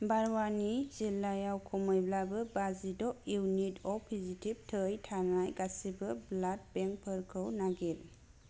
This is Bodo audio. बारहावानि जिल्लायाव खमैब्लाबो बाजिद' इउनिट अ पजिटिव थै थानाय गासिबो ब्लाड बेंकफोरखौ नागिर